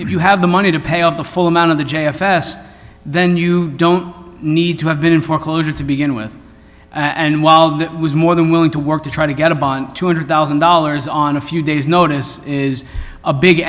if you have the money to pay off the full amount of the j f s then you don't need to have been in foreclosure to begin with and while that was more than willing to work to try to get a bond two hundred thousand dollars on a few days notice is a big